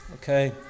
okay